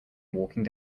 walking